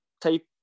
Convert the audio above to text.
type